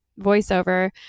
voiceover